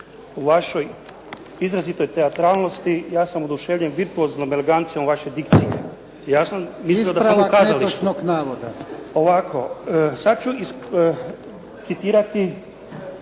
u vašoj izrazitoj teatralnosti ja sam oduševljen virtuoznom elegancijom vaše dikcije. **Jarnjak, Ivan (HDZ)** Ispravak netočnog navoda. **Kundić, Stjepan